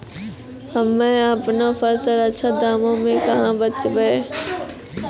हम्मे आपनौ फसल अच्छा दामों मे कहाँ बेचबै?